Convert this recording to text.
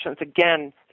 Again